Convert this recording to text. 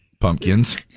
pumpkins